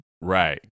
right